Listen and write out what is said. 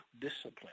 discipline